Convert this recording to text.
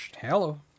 Hello